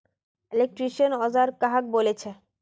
Electrician औजार कहाक बोले छे?